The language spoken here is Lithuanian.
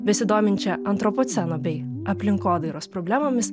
besidominčią antropoceno bei aplinkodairos problemomis